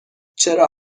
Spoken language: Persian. چرا